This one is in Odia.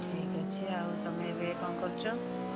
ଠିକ୍ ଅଛି ଆଉ ତମେ ଏବେ କ'ଣ କରୁଛ